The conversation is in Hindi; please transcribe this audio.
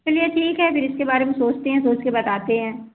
चलिए ठीक है फिर इसके बारे में सोचते हैं सोचकर बताते हैं